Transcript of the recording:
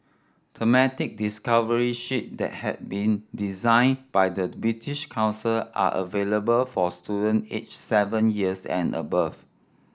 thematic discovery sheets that have been designed by the British Council are available for student aged seven years and above